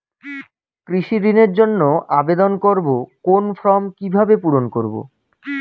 কৃষি ঋণের জন্য আবেদন করব কোন ফর্ম কিভাবে পূরণ করব?